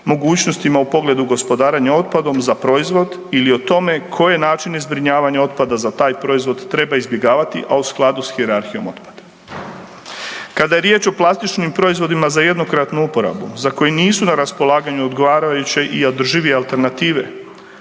mogućnostima u pogledu gospodarenja otpadom za proizvod ili o tome koje načine zbrinjavanja otpada za taj proizvod treba izbjegavati, a u skladu s hijerarhijom. Kada je riječ o plastičnim proizvodima za jednokratnu uporabu za koji nisu na raspolaganju odgovarajuće i održive alternative